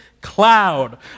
Cloud